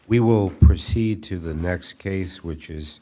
we will proceed to the next case which is